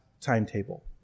timetable